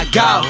go